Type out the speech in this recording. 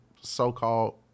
so-called